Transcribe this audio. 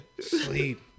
Sleep